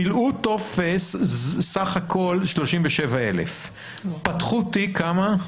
מילאו טופס זה סך הכול 37,000, פתחו תיק כמה?